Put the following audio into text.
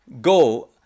go